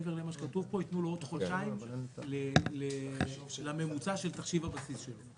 מעבר למה שכתוב פה יתנו לו עוד חודשיים לממוצע של תחשיב הבסיס שלו.